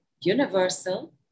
universal